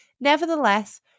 Nevertheless